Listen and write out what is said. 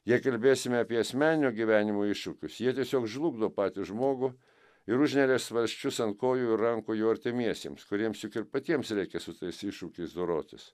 jei kalbėsime apie asmeninio gyvenimo iššūkius jie tiesiog žlugdo patį žmogų ir užneria svarsčius ant kojų ir rankų jo artimiesiems kuriems juk ir patiems reikia su tais iššūkiais dorotis